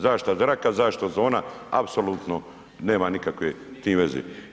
Zaštita zraka, zaštita ozona apsolutno nema nikakve s tim veze.